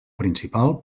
principal